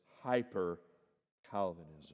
hyper-Calvinism